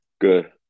good